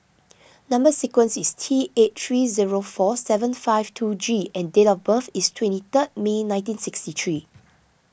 Number Sequence is T eight three zero four seven five two G and date of birth is twenty third May nineteen sixty three